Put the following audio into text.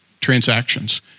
transactions